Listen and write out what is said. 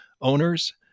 owners